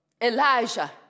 Elijah